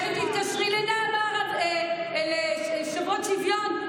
לכי תתקשרי לשוברות שוויון.